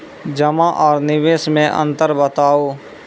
जमा आर निवेश मे अन्तर बताऊ?